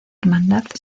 hermandad